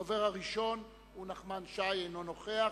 הדובר הראשון הוא חבר הכנסת נחמן שי, אינו נוכח.